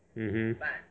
mmhmm